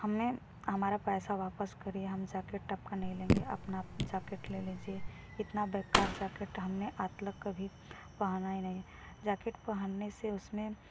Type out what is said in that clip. हमने हमारा पैसा वापस करिए हम जाकेट आपका नही लेंगे आपना जाकेट ले लीजिए इतना बेकार जाकेट हमने आज तलक कभी पहना ही नही जाकेट पहनने से उसमें